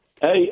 Hey